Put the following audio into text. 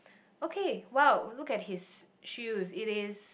okay !wow! look at his shoes it is